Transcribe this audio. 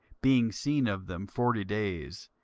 being seen of them forty days,